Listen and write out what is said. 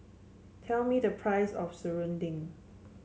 tell me the price of Serunding